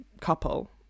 couple